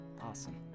Awesome